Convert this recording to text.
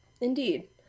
Indeed